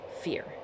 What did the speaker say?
fear